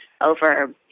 over